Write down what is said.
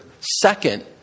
Second